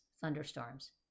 thunderstorms